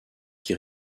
qui